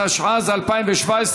התשע"ז 2017,